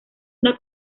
una